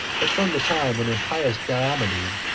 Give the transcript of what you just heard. but from the time when impious diomede,